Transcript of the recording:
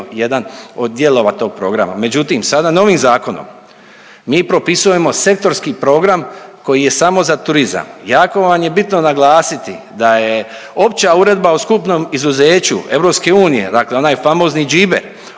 jedan od dijelova tog programa. Međutim sada novim zakonom mi propisujemo sektorski program koji je samo za turizam. Jako vam je bitno naglasiti da je opća uredba o skupnom izuzeću EU, dakle onaj famozni GBER,